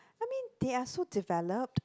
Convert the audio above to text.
I mean they're so developed